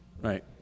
right